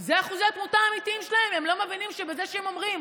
הם לא מבינים שבזה שהם אומרים